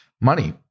money